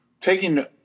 taking